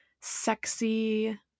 sexy